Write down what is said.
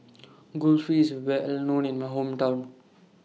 Kulfi IS Well known in My Hometown